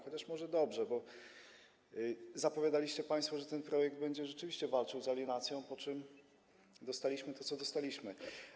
Chociaż może dobrze, bo zapowiadaliście państwo, że ten projekt będzie rzeczywiście walczył z alienacją, po czym dostaliśmy to, co dostaliśmy.